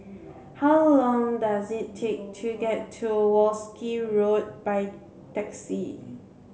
how long does it take to get to Wolskel Road by taxi